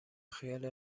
خیال